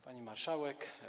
Pani Marszałek!